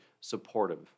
supportive